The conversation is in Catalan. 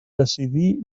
decidir